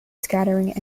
scattering